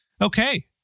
Okay